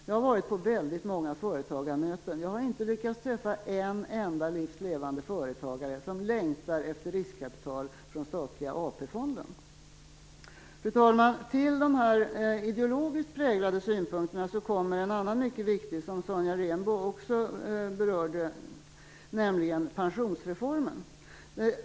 Jag har varit på väldigt många företagarmöten, och jag har inte lyckats träffa en enda livs levande företagare som längtar efter riskkapital från statliga AP-fonden. Fru talman! Till de här ideologiskt präglade synpunkterna kommer en annan mycket viktig sådan, som också Sonja Rembo berörde och som gäller pensionsreformen.